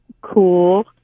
cool